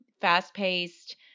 fast-paced